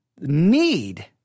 need